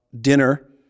dinner